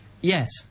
Yes